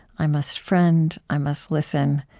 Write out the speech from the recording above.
i must friend, i must listen,